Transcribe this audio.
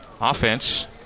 offense